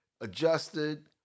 adjusted